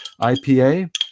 ipa